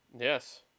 Yes